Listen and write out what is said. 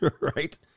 right